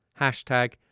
Hashtag